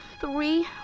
three